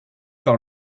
par